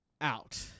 out